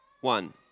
One